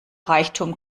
reichtum